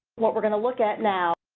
what we're gonna look at now